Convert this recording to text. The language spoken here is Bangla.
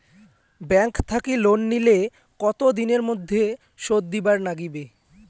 ব্যাংক থাকি লোন নিলে কতো দিনের মধ্যে শোধ দিবার নাগিবে?